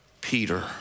Peter